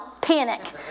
panic